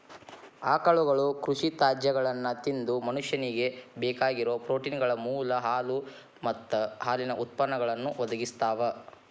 ಆಕಳುಗಳು ಕೃಷಿ ತ್ಯಾಜ್ಯಗಳನ್ನ ತಿಂದು ಮನುಷ್ಯನಿಗೆ ಬೇಕಾಗಿರೋ ಪ್ರೋಟೇನ್ಗಳ ಮೂಲ ಹಾಲು ಮತ್ತ ಹಾಲಿನ ಉತ್ಪನ್ನಗಳನ್ನು ಒದಗಿಸ್ತಾವ